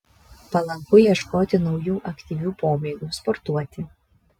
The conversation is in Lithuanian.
palanku ieškoti naujų aktyvių pomėgių sportuoti